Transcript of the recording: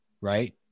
right